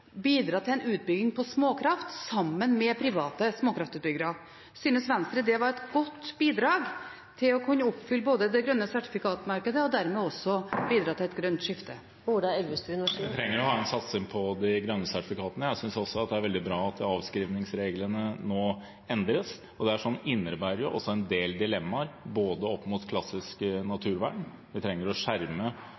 bidra til utbygging av småkraft sammen med private småkraftutbyggere. Synes Venstre det var et godt bidrag til å kunne oppfylle det grønne sertifikatmarkedet og dermed bidra til et grønt skifte? Vi trenger å ha en satsing på de grønne sertifikatene. Jeg synes også det er veldig bra at avskrivingsreglene nå endres. Det innebærer også en del dilemmaer når det gjelder klassisk